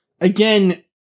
again